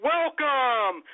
Welcome